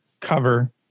cover